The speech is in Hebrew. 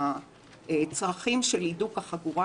והצרכים של הידוק החגורה,